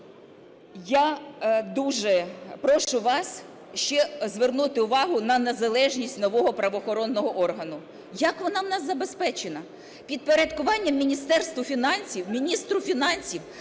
Я дуже прошу вас ще звернути увагу на незалежність нового правоохоронного органу, як вона у нас забезпечена. Підпорядкування Міністерству фінансів, міністру фінансів.